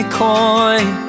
coin